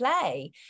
play